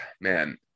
man